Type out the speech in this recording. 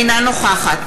אינה נוכחת